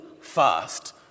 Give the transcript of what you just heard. fast